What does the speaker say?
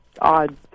odd